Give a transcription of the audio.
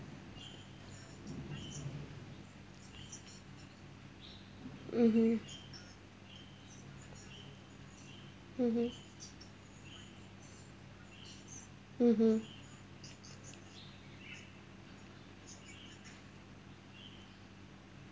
mmhmm mmhmm mmhmm